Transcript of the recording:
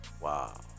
wow